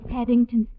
Paddington